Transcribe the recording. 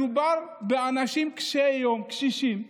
מדובר באנשים קשי יום, קשישים,